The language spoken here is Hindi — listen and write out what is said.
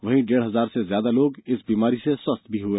वहीं डेढ़ हजार से ज्यादा लोग इस बीमारी से स्वस्थ भी हुए